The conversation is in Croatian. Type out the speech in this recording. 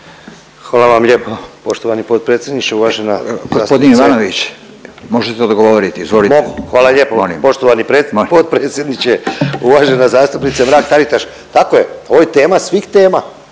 Poštovani predsje… podpredsjedniče, uvažena zastupnice Mrak-Taritaš tako je, ovo je tema svih tema,